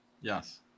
Yes